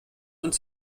und